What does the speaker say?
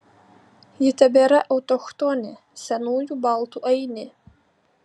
ji tebėra autochtonė senųjų baltų ainė